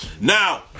Now